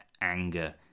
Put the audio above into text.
anger